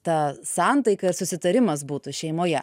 ta santaika ir susitarimas būtų šeimoje